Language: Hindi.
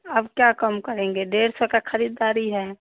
अब क्या कम करेंगे डेढ़ सौ का खरीददारी है